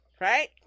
right